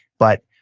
but